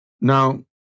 now